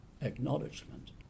acknowledgement